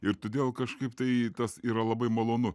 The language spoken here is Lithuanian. ir todėl kažkaip tai tas yra labai malonu